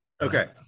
Okay